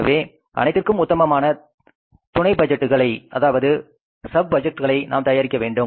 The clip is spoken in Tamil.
எனவே அனைத்திற்கும் உத்தமமான துணை பட்ஜெட்களை நாம் தயாரிக்க வேண்டும்